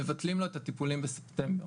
מבטלים לו את הטיפולים בספטמבר.